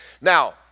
Now